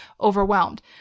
overwhelmed